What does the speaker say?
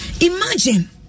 Imagine